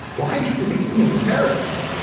why he briefing me on terrorism?